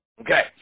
Okay